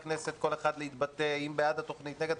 הכנסת להתבטא אם הוא בעד התוכנית או נגד התוכנית,